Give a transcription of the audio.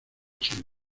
chile